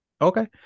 okay